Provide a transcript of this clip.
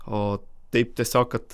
o taip tiesiog kad